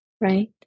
Right